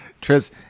Tris